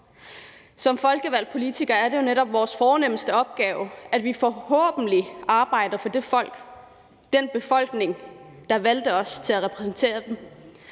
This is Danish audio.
Som folkevalgte politikere er det jo netop vores fornemste opgave, at vi forhåbentlig arbejder for det folk, den befolkning, der valgte os til at repræsentere dem.